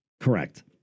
Correct